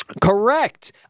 Correct